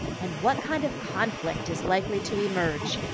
and what kind of conflict is likely to emerge?